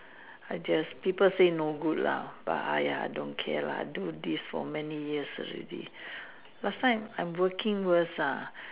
I just people say no good lah but !aiya! don't care lah I do this many years already last time I working worse ah